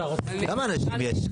כמה אנשים יש?